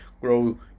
grow